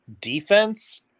defense